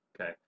Okay